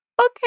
okay